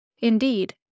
Indeed